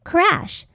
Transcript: Crash